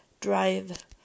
drive